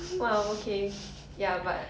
!wow! okay ya but